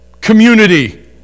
community